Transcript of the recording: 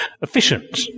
efficient